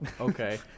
Okay